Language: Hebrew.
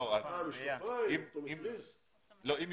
אופטומטריסט?